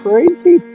Crazy